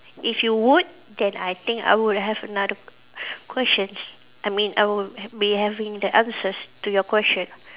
if you would then I think I would have another questions I mean I would be having the answers to your question